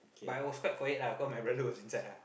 but I was quite quiet lah cause my brother was inside ah